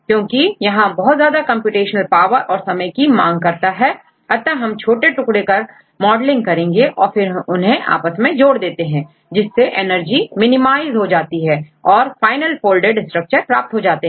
क्योंकि यहां बहुत ज्यादा कंप्यूटेशनल पावर और समय की मांग करता है अतः हम छोटे टुकड़े कर कर मॉडलिंग करते हैं और फिर उन्हें आपस में जोड़ देते हैं जिससे एनर्जी मिनिमाइज हो जाती है और फाइनल फोल्डेड स्ट्रक्चर प्राप्त हो जाते हैं